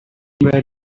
were